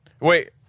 Wait